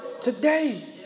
today